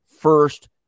first